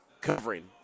covering